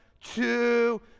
two